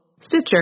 Stitcher